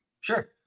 Sure